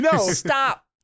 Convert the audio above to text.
stop